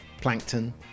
plankton